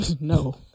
No